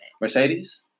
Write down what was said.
Mercedes